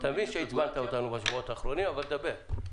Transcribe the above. אתה מבין שעצבנת אותנו בשבועות האחרונים אבל דבר,